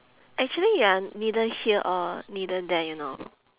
actually you're neither here or neither there you know